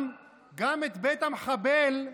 גם את בית המחבל,